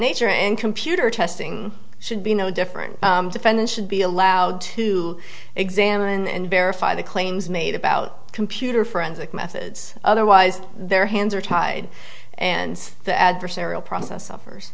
nature and computer testing should be no different defendant should be allowed to examine and verify the claims made about computer forensic methods otherwise their hands are tied and the adversarial process suffers